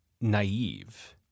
naive